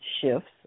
shifts